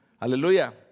Hallelujah